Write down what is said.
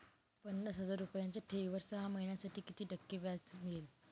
पन्नास हजार रुपयांच्या ठेवीवर सहा महिन्यांसाठी किती टक्के व्याज मिळेल?